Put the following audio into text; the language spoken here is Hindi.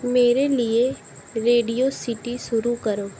मेरे लिए रेडियो सीटी शुरू करो